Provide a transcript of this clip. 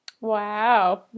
Wow